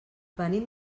venim